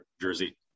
jersey